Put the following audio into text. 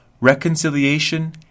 reconciliation